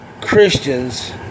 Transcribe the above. Christians